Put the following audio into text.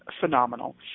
phenomenal